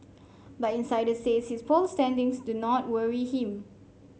but insiders says his poll standings do not worry him